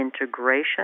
integration